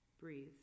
Breathe